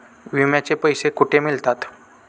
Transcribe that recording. विम्याचे पैसे कुठे मिळतात?